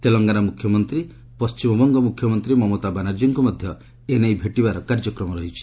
ତେଲଙ୍ଗାନା ମୁଖ୍ୟମନ୍ତ୍ରୀ ପଶ୍ଚିମବଙ୍ଗ ମୁଖ୍ୟମନ୍ତ୍ରୀ ମମତା ବାନାର୍ଜୀଙ୍କୁ ମଧ୍ୟ ଏ ନେଇ ଭେଟିବାର କାର୍ଯ୍ୟକ୍ରମ ରହିଛି